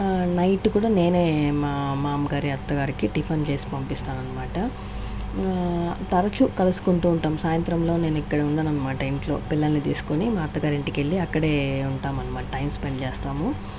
night కూడా నేనే మా మామగారి అత్తగారికి టిఫిన్ చేసి పంపిస్తాను అనమాట తరచూ కలుసుకుంటూ ఉంటాం సాయంత్రంలో నేను ఇక్కడ ఉండదన్నమాట ఇంట్లో పిల్లల్ని తీసుకొని మా అత్తగారి ఇంటికి వెళ్లి అక్కడే ఉంటాం అనమాట టైం స్పెండ్ చేస్తాము